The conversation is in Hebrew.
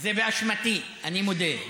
זה באשמתי, אני מודה.